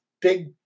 big